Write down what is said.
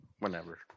Whenever